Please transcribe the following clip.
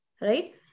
right